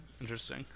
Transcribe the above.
interesting